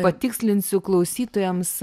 patikslinsiu klausytojams